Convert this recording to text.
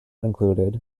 included